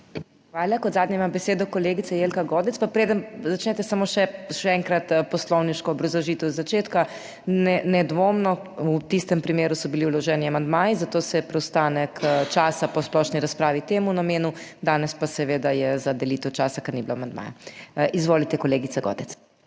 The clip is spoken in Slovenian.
Hvala. Kot zadnja ima besedo kolegica Jelka Godec. Pa preden začnete samo še še enkrat poslovniško obrazložitev iz začetka; nedvomno v tistem primeru so bili vloženi amandmaji, zato se je preostanek časa po splošni razpravi temu namenil, danes pa seveda je za delitev časa, ker ni bilo amandmaja. Izvolite, kolegica Godec.